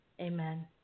Amen